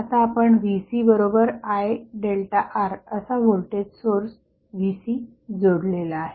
आता आपण VcIΔR असा व्होल्टेज सोर्स Vc जोडलेला आहे